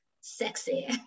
sexy